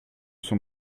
sont